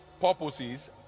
purposes